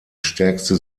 stärkste